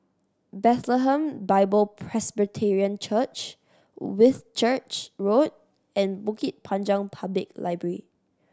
Bethlehem Bible Presbyterian Church Whitchurch Road and Bukit Panjang Public Library